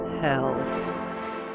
hell